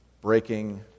breaking